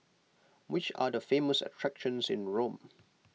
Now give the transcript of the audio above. which are the famous attractions in Rome